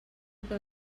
que